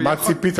מה ציפית,